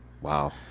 Wow